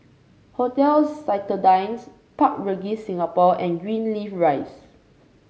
Hotel Citadines Park Regis Singapore and Greenleaf Rise